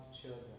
children